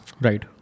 Right